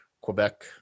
Quebec